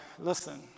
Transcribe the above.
listen